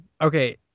Okay